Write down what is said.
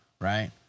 right